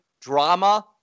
drama